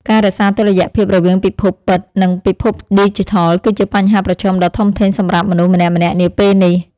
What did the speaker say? ការរក្សាតុល្យភាពរវាងពិភពពិត និងពិភពឌីជីថលគឺជាបញ្ហាប្រឈមដ៏ធំធេងសម្រាប់មនុស្សម្នាក់ៗនាពេលនេះ។